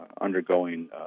undergoing